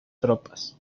tropas